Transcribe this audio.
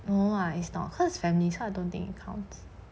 no lah it's not cause it's families so don't think it counts